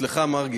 אצלך, מרגי.